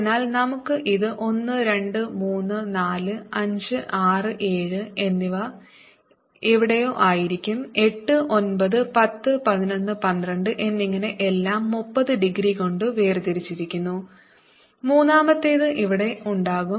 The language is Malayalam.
അതിനാൽ നമുക്ക് ഇത് 1 2 3 4 5 6 7 എന്നിവ എവിടെയോ ആയിരിക്കും 8 9 10 11 12 എന്നിങ്ങനെ എല്ലാം 30 ഡിഗ്രി കൊണ്ട് വേർതിരിച്ചിരിക്കുന്നു മൂന്നാമത്തേത് ഇവിടെ ഉണ്ടാകും